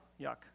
yuck